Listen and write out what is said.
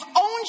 own